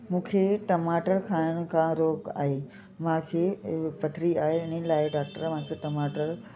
मूंखे टमाटर खाइण खां रोक आहे मूंखे पथरी आहे हिन लाइ डॉक्टर मूंखे टमाटर